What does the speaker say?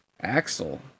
Axel